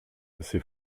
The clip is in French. ses